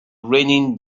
raining